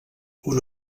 una